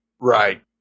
Right